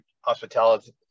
hospitality